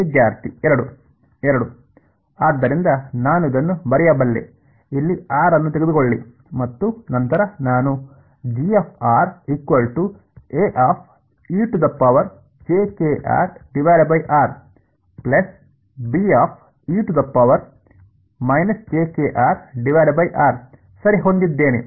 ವಿದ್ಯಾರ್ಥಿ ಎರಡು ಎರಡು ಆದ್ದರಿಂದ ನಾನು ಇದನ್ನು ಬರೆಯಬಲ್ಲೆ ಇಲ್ಲಿ ಆರ್ ಅನ್ನು ತೆಗೆದುಕೊಳ್ಳಿ ಮತ್ತು ನಂತರ ನಾನು ಸರಿ ಹೊಂದಿದ್ದೇನೆ